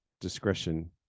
discretion